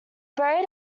buried